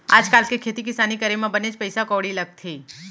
आज काल के खेती किसानी करे म बनेच पइसा कउड़ी लगथे